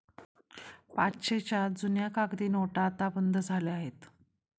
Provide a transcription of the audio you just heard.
पाचशेच्या जुन्या कागदी नोटा आता बंद झाल्या आहेत